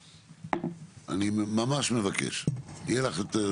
בהפקעות, זה משהו אחר, את לא קראת את